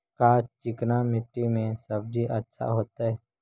का चिकना मट्टी में सब्जी अच्छा होतै?